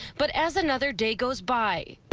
but as another day goes by,